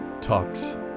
Talks